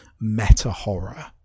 meta-horror